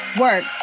Work